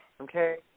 Okay